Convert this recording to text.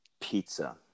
pizza